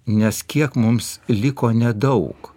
nes kiek mums liko nedaug